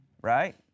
right